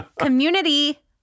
community